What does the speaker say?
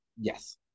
yes